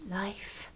life